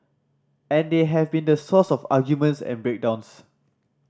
and they have been the source of arguments and break downs